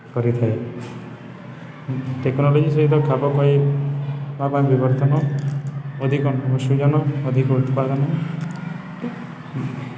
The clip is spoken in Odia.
କରିଥାଏ ଟେକ୍ନୋଲୋଜି ସହିତ ଖାପଖୁଆଇବା ବା ବିବର୍ତ୍ତନ ଅଧିକ ନବସୃଜନ ଅଧିକ ଉତ୍ପାଦନ